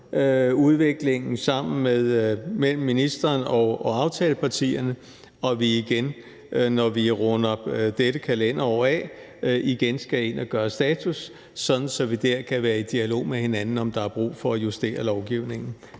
udviklingen med ministeren og aftalepartierne, og at vi, når vi runder dette kalenderår af, igen skal ind at gøre status, sådan at vi dér kan være i dialog med hinanden om, om der er brug for at justere lovgivningen.